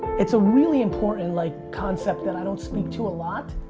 it's a really important, like, concept that i don't speak to a lot.